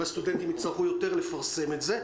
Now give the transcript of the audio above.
והסטודנטים יצטרכו לפרסם את זה יותר.